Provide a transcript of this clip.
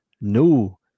no